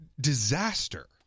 disaster